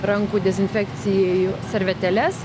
rankų dezinfekcijai servetėles